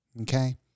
okay